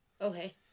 Okay